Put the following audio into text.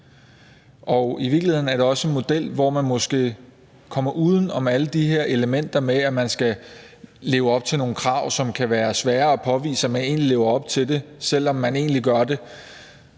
og i virkeligheden er det også en model, hvor man måske kommer uden om alle de her elementer med, at man skal leve op til nogle krav, som det kan være svært at påvise at man egentlig lever op til, selv om man egentlig gør det.